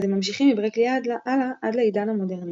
אז הם ממשיכים מברקלי הלאה עד לעידן המודרני.